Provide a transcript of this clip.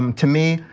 um to me,